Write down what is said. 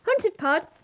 huntedpod